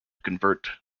convert